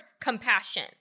compassion